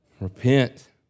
Repent